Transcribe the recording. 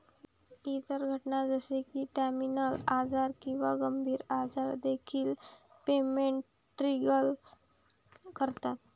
इतर घटना जसे की टर्मिनल आजार किंवा गंभीर आजार देखील पेमेंट ट्रिगर करतात